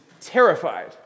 terrified